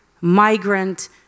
migrant